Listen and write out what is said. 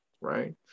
right